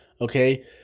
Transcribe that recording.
okay